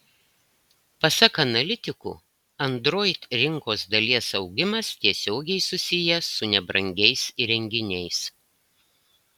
pasak analitikų android rinkos dalies augimas tiesiogiai susijęs su nebrangiais įrenginiais